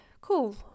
cool